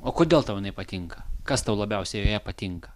o kodėl tau jinai patinka kas tau labiausiai joje patinka